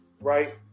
Right